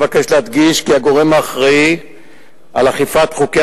אבקש להדגיש כי הגורם האחראי לאכיפת חוקי